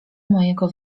mojego